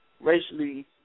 racially